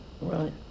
Right